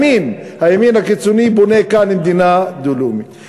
הימין, הימין הקיצוני בונה כאן מדינה דו-לאומית.